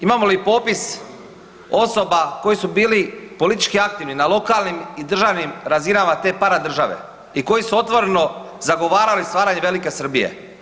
Imamo li popis osoba koji su bili politički aktivni na lokalnim i državnim razinama te para države i koji su otvoreno zagovarali stvaranje Velike Srbije.